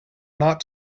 not